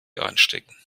einstecken